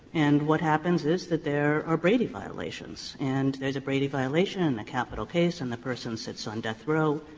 and what happens is that there are brady violations. and there is a brady violation in a capital case and the person sits on death row,